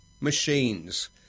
machines